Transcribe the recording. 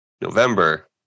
November